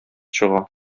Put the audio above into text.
чыга